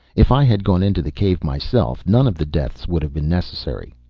if i had gone into the cave myself none of the deaths would have been necessary.